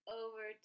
over